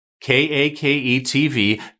K-A-K-E-T-V